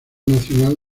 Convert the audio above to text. nacional